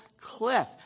cliff